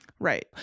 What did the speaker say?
Right